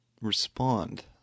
respond